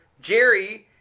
Jerry